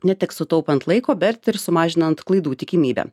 ne tik sutaupant laiko bet ir sumažinant klaidų tikimybę